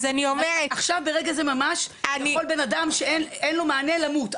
עכשיו ברגע זה ממש יכול בן אדם שאין לו מענה למות,